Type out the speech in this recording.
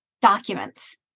documents